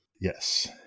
Yes